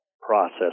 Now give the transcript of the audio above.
process